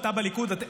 אתה בליכוד,